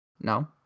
No